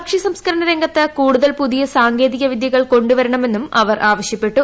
ഭക്ഷ്യസംസ്കരണ രംഗത്ത് കൂടുതൽ പുതിയ സാങ്കേതിക വിദൃകൾ കൊ ു വരണമെന്നും അവർ ആവശൃപ്പെട്ടു